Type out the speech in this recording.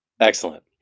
Excellent